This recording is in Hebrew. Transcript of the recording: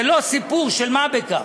זה לא סיפור של מה בכך,